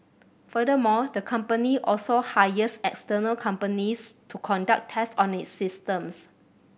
furthermore the company also hires external companies to conduct test on its systems